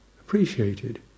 appreciated